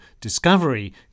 discovery